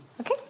Okay